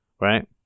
right